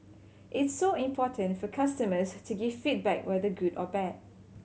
it's so important for customers to give feedback whether good or bad